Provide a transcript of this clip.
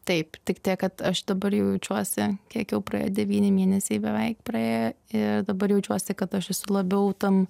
taip tik tiek kad aš dabar jaučiuosi kiek jau praėjo devyni mėnesiai beveik praėjo ir dabar jaučiuosi kad aš esu labiau tam